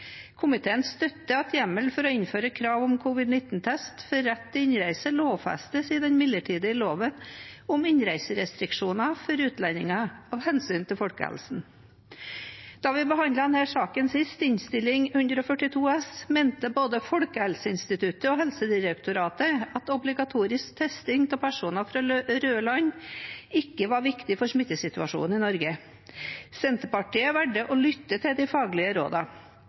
Komiteen støtter at hjemmelen for å innføre krav om covid-19-test for rett til innreise lovfestes i den midlertidige loven om innreiserestriksjoner for utlendinger av hensyn til folkehelsen. Da vi behandlet denne saken sist, i Innst. 142 S for 2020–2021, mente både Folkehelseinstituttet og Helsedirektoratet at obligatorisk testing av personer fra røde land ikke var viktig for smittesituasjonen i Norge. Senterpartiet valgte å lytte til de faglige